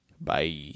Bye